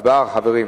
הצבעה, חברים.